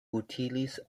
utilis